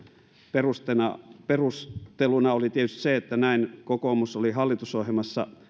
perusteluna perusteluna oli tietysti se että näin kokoomus oli hallitusohjelmassa